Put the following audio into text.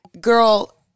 girl